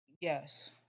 yes